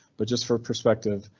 but just for perspective,